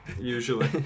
usually